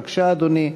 בבקשה, אדוני.